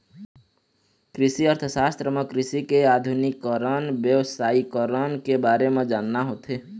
कृषि अर्थसास्त्र म कृषि के आधुनिकीकरन, बेवसायिकरन के बारे म जानना होथे